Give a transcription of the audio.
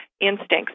instincts